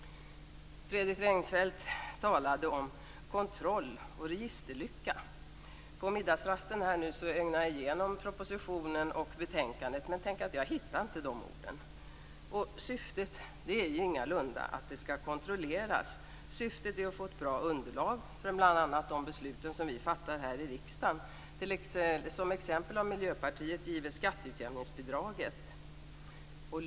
Fredrik Reinfeldt talade om kontroll och registerlycka. På middagsrasten ögnade jag igenom propositionen och betänkandet, men jag hittade inte de orden. Syftet är ju ingalunda att det skall kontrolleras. Syftet är att få ett bra underlag för bl.a. de beslut som vi fattar här i riksdagen. Som exempel har Miljöpartiet tagit skatteutjämningsbidraget.